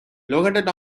located